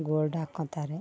gold ಹಾಕ್ಕೊತಾರೆ